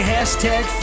Hashtag